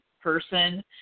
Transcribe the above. person